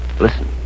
Listen